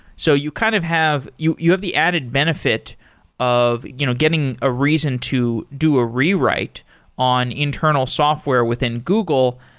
so you kind of have you you have the added benefit of you know getting a reason to do a rewrite on internal software within google.